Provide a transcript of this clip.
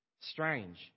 strange